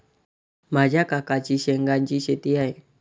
माझ्या काकांची शेंगदाण्याची शेती आहे